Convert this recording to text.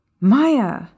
Maya